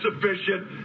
sufficient